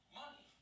money